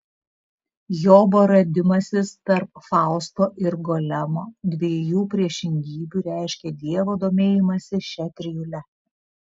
jobo radimasis tarp fausto ir golemo dviejų priešingybių reiškia dievo domėjimąsi šia trijule